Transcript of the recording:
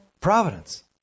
Providence